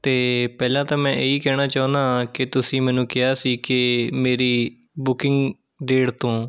ਅਤੇ ਪਹਿਲਾਂ ਤਾਂ ਮੈਂ ਇਹੀ ਕਹਿਣਾ ਚਾਹੁੰਦਾ ਕਿ ਤੁਸੀਂ ਮੈਨੂੰ ਕਿਹਾ ਸੀ ਕਿ ਮੇਰੀ ਬੁਕਿੰਗ ਡੇਟ ਤੋਂ